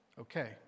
Okay